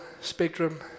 spectrum